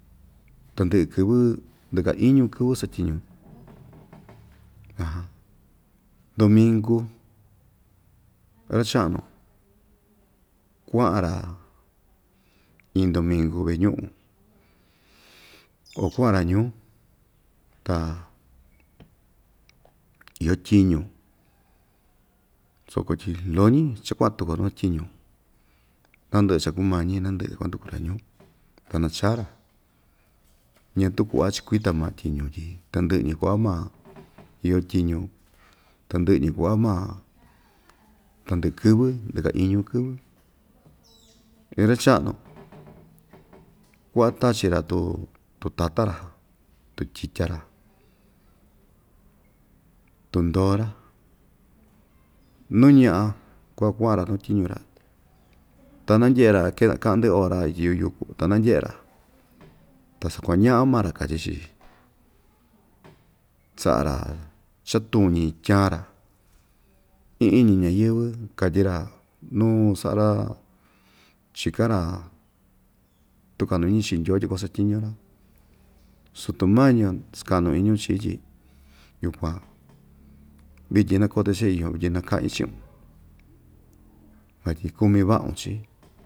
Tandɨ'ɨ kɨvɨ ndɨka iñu kɨvɨ satyiñu dominku ra‑cha'nu kua'an‑ra iin ndominku veñu'u o kua'an‑ra ñuu ta iyo tyiñu soko tyi loñi cha kua'an tukuo nu tyiñu nandɨ'ɨ chakumañi nandɨ'ɨ kuanduku‑ra ñuu ta nachaa‑ra ñatu ku'va chikuita ma tyiñu tyi tandɨ'ɨ‑ñi ku'va ma iyo tyiñu tandɨ'ɨ‑ñi kua'a ma tandɨ'ɨ kɨvɨ ndɨka iñu kɨvɨ iin ra‑cha'nu ku'a tachi‑ra tu tutata‑ra tutyitya‑ra tundoo‑ra nu ña'a ku'a kua'an‑ra nu tyiñu‑ra ta nandye'e‑ra ka'ndɨ ora ityi yu'u yuku ta nandye'e‑ra ta sakuaña'a maa‑ra katyi‑chi sa'a‑ra chatuñi tyaan‑ra iñiñi ñayɨ́vɨ katyi‑ra nuu sa'a‑ra chikan‑ra tuka'nu iñi chii ndyoo tyi kuasatyiñu‑ra sutumañio ska'nu iñu chií tyi yukuan vityin nakote cha‑iyon vityin naka'in chi'un vatyi kumi va'un chií.